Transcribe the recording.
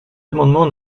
amendement